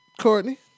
Courtney